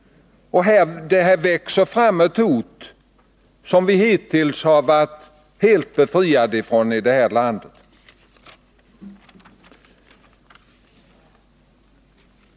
Här växer fram ett hot som vi hittills varit helt befriadé från här i landet.